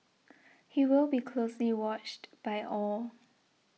he will be closely watched by all